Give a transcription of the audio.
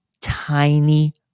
tiny